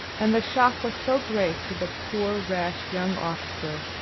and the shock was so great to the poor, rash young officer,